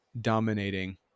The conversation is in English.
dominating